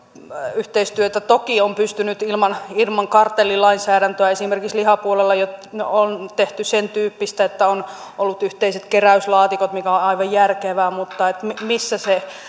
yhteistyötä toki on pystynyt tekemään ilman kartellilainsäädäntöä esimerkiksi lihapuolella jo on tehty sen tyyppistä että on ollut yhteiset keräyslaatikot mikä on on aivan järkevää mutta missä se